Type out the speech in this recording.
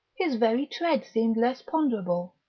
his very tread seemed less ponderable.